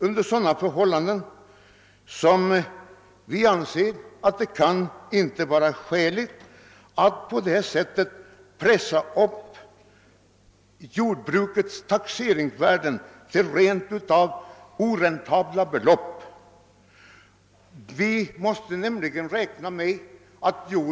Under sådana förhållanden anser vi att det inte kan vara skäligt att pressa upp jordbrukets taxeringsvärden på det sätt som skett till belopp som rent av kan väntas bli oräntabla.